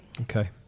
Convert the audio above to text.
Okay